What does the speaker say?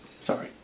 Sorry